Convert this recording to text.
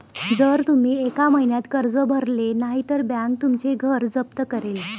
जर तुम्ही एका महिन्यात कर्ज भरले नाही तर बँक तुमचं घर जप्त करेल